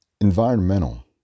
Environmental